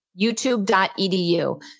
YouTube.edu